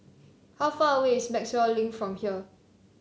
how far away is Maxwell Link from here